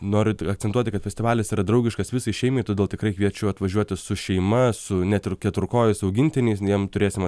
noriu akcentuoti kad festivalis yra draugiškas visai šeimai todėl tikrai kviečiu atvažiuoti su šeima su net ir keturkojais augintiniais jiem turėsim